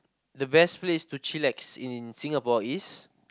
the best place to chillax in Singapore is